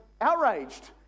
outraged